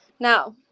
Now